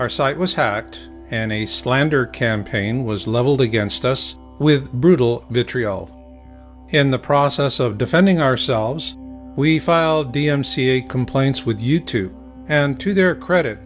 our site was hacked and a slander campaign was leveled against us with brutal vitriol in the process of defending ourselves we filed d m c a complaints with you tube and to their credit